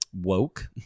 woke